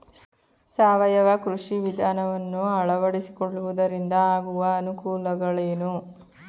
ಸಾವಯವ ಕೃಷಿ ವಿಧಾನವನ್ನು ಅಳವಡಿಸಿಕೊಳ್ಳುವುದರಿಂದ ಆಗುವ ಅನುಕೂಲಗಳೇನು?